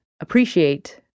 appreciate